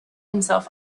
himself